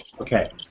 Okay